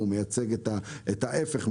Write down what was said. הוא מייצג ערכים שהם הפוך מירוק,